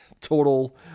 total